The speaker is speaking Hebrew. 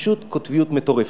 פשוט קוטביות מטורפת.